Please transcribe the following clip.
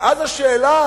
ואז השאלה